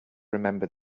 remember